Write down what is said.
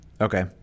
Okay